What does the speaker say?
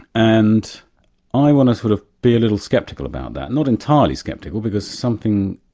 and i want to sort of be a little skeptical about that, not entirely skeptical because something,